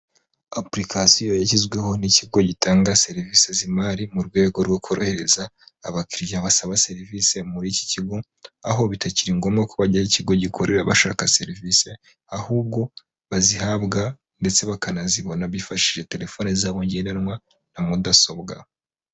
Apulikasiyo yashyizweho n'ikigo gitanga serivisi z'imari mu rwego rwo korohereza abakiriya basaba serivisi muri iki kigo, aho bitakiri ngombwa ko bajya aho ikigo gikorera bashaka serivisi, ahubwo bakazihabwa ndetse bakanazibona bifashishije telefoni zabo ngendanwa na mudasobwa.